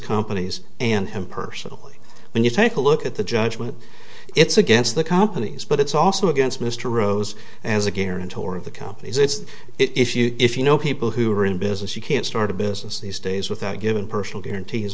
companies and him personally when you take a look at the judgment it's against the companies but it's also against mr rose as a guarantor of the company's it's if you if you know people who are in business you can't start a business these days without giving personal guarantees